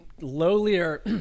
lowlier